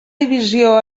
divisió